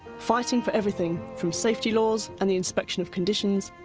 fighting for everything from safety laws and the inspection of conditions,